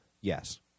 yes